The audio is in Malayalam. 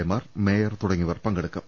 എ മാർ മേയർ തുടങ്ങിയവർ പങ്കെടുക്കും